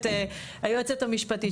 ושמעת את היועצת המשפטית,